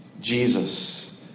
Jesus